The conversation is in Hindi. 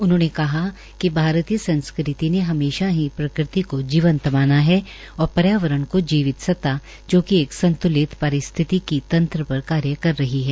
उन्होंने कहा कि भारतीय संस्कृति ने हमेशा ही प्रकृति को जीवंत माना है और पर्यावरण को जीवित सत्ता जो कि एक संत्लित परिसिथतिकी तंत्र पर कार्य कर रही है